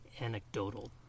anecdotal